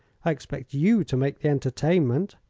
i expect you to make the entertainment.